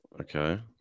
Okay